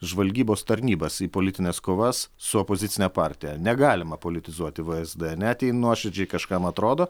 žvalgybos tarnybas į politines kovas su opozicine partija negalima politizuoti vzd net jei nuoširdžiai kažkam atrodo